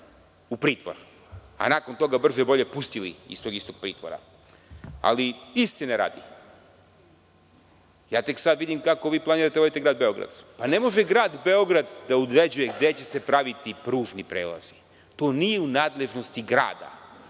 u pritvor, a nakon toga brže bolje pustili iz tog istog pritvora. Istine radi, tek sada vidim kako planirate da vodite Grad Beograd. Ne može Grad Beograd da određuje gde će se praviti pružni prelazi. To nije u nadležnosti grada.